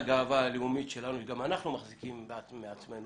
חוץ מהגאווה הלאומית שלנו שגם אנחנו מחזיקים מעצמנו,